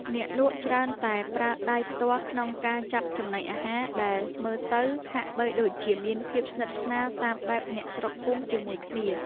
អ្នកលក់ច្រើនតែប្រើដៃផ្ទាល់ក្នុងការចាប់ចំណីអាហារដែលមើលទៅហាក់បីដូចជាមានភាពស្និទ្ធស្នាលតាមបែបអ្នកស្រុកភូមិជាមួយគ្នា។